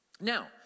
Now